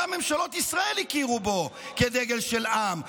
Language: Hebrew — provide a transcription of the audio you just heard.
גם ממשלות ישראל הכירו בו כדגל של עם.